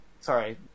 Sorry